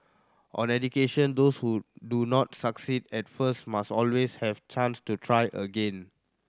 on education those who do not succeed at first must always have chance to try again